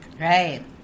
Right